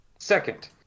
Second